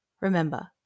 remember